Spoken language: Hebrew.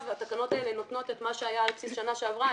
התקנות האלה נותנות את מה שהיה על בסיס שנה שעברה.